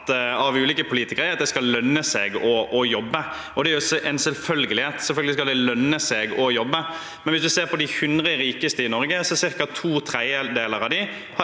av ulike politikere, er at det skal lønne seg å jobbe. Det er en selvfølgelighet, selvfølgelig skal det lønne seg å jobbe. Men hvis man ser på de 100 rikeste i Norge, har ca. to tredjedeler av dem